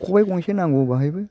ख'बाइ गंसे नांगौ बेहायबो